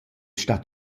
stat